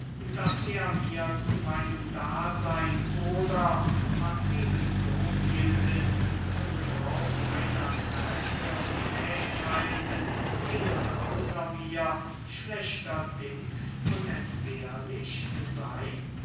daß er mir zu meinem daseyn oder was eben so viel ist zum gebrauch meiner kräfte und fähigkeiten in und außer mir schlechterdings unentbehrlich sey